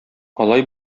алай